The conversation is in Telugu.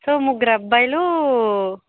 సో ముగ్గురు అబ్బాయిలు